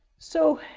so,